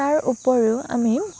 তাৰ উপৰিও আমি